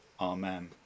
Amen